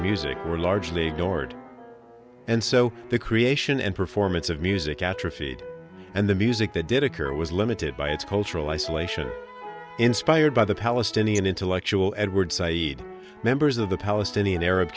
music were largely ignored and so the creation and performance of music atrophied and the music that did occur was limited by its cultural isolation inspired by the palestinian intellectual edward saeed members of the palestinian arab